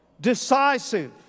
decisive